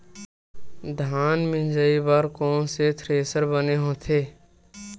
धान मिंजई बर कोन से थ्रेसर बने होथे?